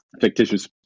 fictitious